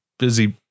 busy